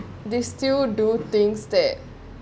they still do things that